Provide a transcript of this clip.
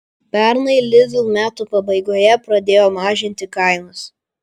pernai lidl metų pabaigoje pradėjo mažinti kainas